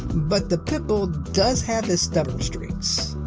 but, the pibble does have its stubborn streaks.